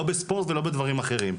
לא בספורט ולא בדברים אחרים.